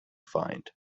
find